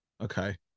Okay